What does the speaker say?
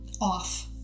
off